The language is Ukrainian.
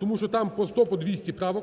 тому що там по сто, по